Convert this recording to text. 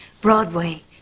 broadway